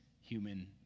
human